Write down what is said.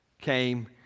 came